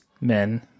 men